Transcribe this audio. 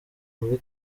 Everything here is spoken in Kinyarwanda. muri